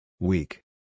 Weak